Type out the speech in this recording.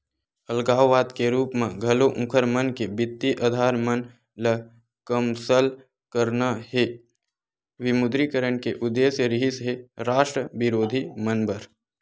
अलगाववाद के रुप म घलो उँखर मन के बित्तीय अधार मन ल कमसल करना ये विमुद्रीकरन के उद्देश्य रिहिस हे रास्ट बिरोधी मन बर